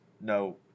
no